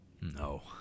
No